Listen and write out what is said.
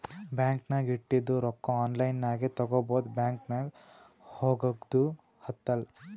bank ನಾಗ್ ಇಟ್ಟಿದು ರೊಕ್ಕಾ ಆನ್ಲೈನ್ ನಾಗೆ ತಗೋಬೋದು ಬ್ಯಾಂಕ್ಗ ಹೋಗಗ್ದು ಹತ್ತಲ್